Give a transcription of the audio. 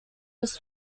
was